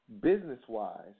Business-wise